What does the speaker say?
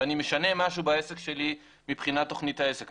ואני משנה משהו בעסק שלי מבחינת תוכנית העסק,